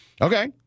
Okay